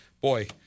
boy